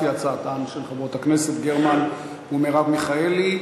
לפי הצעתן של חברות הכנסת גרמן ומרב מיכאלי.